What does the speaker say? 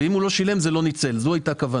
אם הוא לא שילם זה לא ניצל, זו הייתה הכוונה.